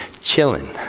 chilling